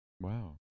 Wow